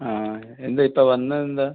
ആ എന്തേ ഇപ്പോൾ വന്നതെന്താണ്